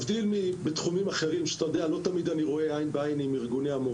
להבדיל מתחומים אחרים שבהם לא תמיד אני רואה עין בעין עם ארגוני המורים,